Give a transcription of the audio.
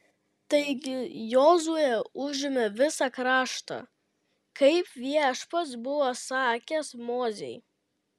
taigi jozuė užėmė visą kraštą kaip viešpats buvo sakęs mozei